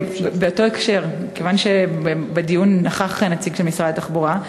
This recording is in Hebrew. באותו הקשר: כיוון שבדיון נכח נציג של משרד התחבורה,